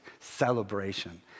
celebration